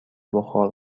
بخار